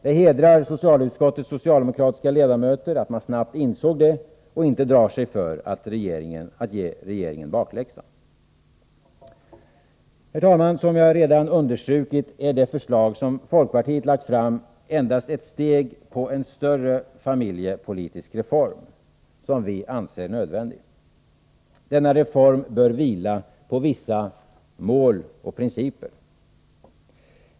Det hedrar socialutskottets socialdemokratiska ledamöter att de snabbt insåg detta och inte drog sig för att ge regeringen bakläxa. Herr talman! Som jag redan understrukit är det förslag som folkpartiet lagt fram endast ett steg mot en större familjepolitisk reform, som vi anser nödvändig. Denna reform bör vila på vissa mål och principer.